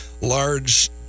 large